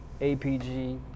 APG